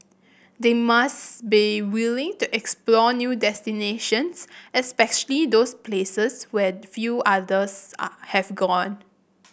they must be willing to explore new destinations especially those places where few others are have gone